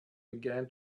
began